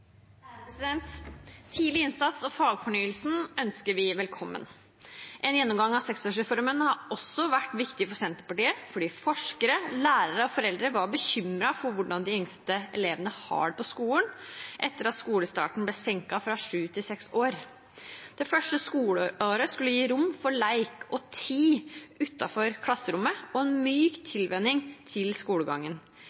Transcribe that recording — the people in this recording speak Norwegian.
Tidlig innsats og fagfornyelsen ønsker vi velkommen. En gjennomgang av seksårsreformen har også vært viktig for Senterpartiet, fordi forskere, lærere og foreldre har vært bekymret for hvordan de yngste elevene har det på skolen etter at skolestarten ble senket fra sju til seks år. Det første skoleåret skulle gi rom for lek og tid utenfor klasserommet og være en myk